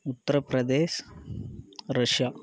Uttar Pradesh Russia